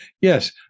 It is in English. Yes